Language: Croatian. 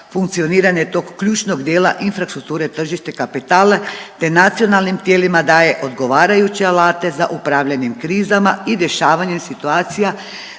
funkcioniranje tog ključnog dijela infrastruktura tržišta kapitala te nacionalnim tijelima daje odgovarajuće alate za upravljanjem krizama i rješavanjem situacija